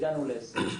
הגענו להישג,